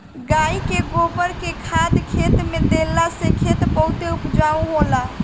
गाई के गोबर के खाद खेते में देहला से खेत बहुते उपजाऊ हो जाला